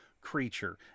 Creature